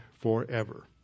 forever